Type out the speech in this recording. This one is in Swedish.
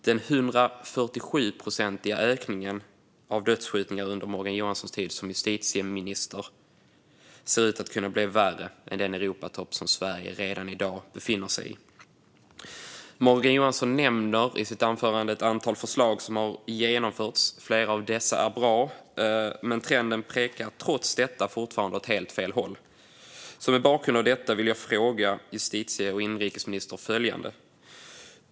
Den 147-procentiga ökningen av antalet dödsskjutningar under Morgan Johanssons tid som justitieminister ser ut att kunna leda till att läget blir värre än den Europatopp som Sverige redan i dag befinner sig i. Morgan Johansson nämner i sitt svar ett antal förslag som har genomförts. Flera av dessa är bra, men trenden pekar trots det fortfarande åt helt fel håll. Mot bakgrund av detta vill jag fråga justitie och inrikesministern följande.